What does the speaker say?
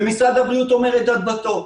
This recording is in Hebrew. ומשרד הבריאות אומר את עמדתו.